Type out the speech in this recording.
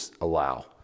allow